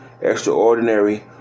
extraordinary